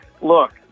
look